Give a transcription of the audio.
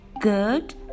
Good